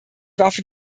waffe